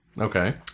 Okay